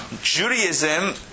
Judaism